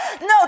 no